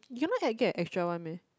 you know can get extra one meh